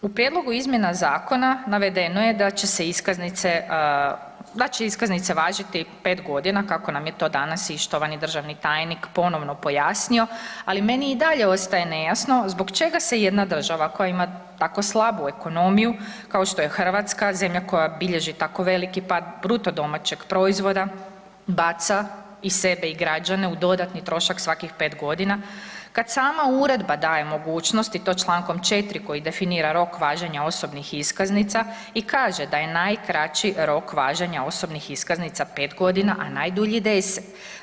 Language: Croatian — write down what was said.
U prijedlogu izmjena zakona navedeno je da će se iskaznice, da će iskaznice važiti 5.g., kako nam je to danas i štovani državni tajnik ponovno pojasnio, ali meni i dalje ostaje nejasno zbog čega se jedna država koja ima tako slabu ekonomiju kao što je Hrvatska, zemlja koja bilježi tako veliki pad BDP-a baca i sebe i građane u dodatni trošak svakih 5.g. kad sama uredba daje mogućnost i to čl. 4. koji definira rok važenja osobnih iskaznica i kaže da je najkraći rok važenja osobnih iskaznica 5.g., a najdulji 10.